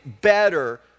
better